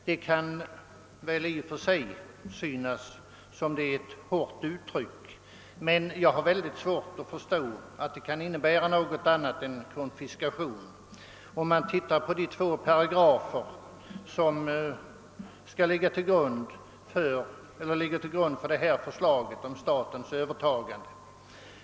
Det kan väl i och för sig synas vara ett hårt uttryck, men jag har svårt att förstå att vad som sker kan innebära annat än konfiskation. Vi kan studera de två paragrafer som ligger till grund för förslaget om statens övertagande.